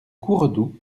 courredou